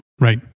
Right